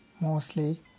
mostly